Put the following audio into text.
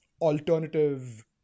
alternative